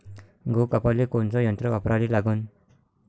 गहू कापाले कोनचं यंत्र वापराले लागन?